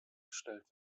gestellt